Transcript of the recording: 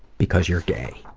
because you're gay.